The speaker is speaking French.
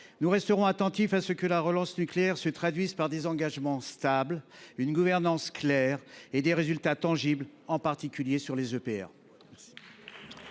Nous resterons attentifs à ce que la relance nucléaire se traduise par des engagements stables, une gouvernance claire et des résultats tangibles, en particulier pour ce qui